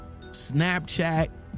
Snapchat